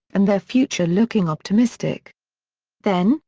and their future looking optimistic then,